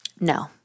No